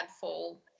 fall